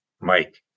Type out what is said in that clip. Mike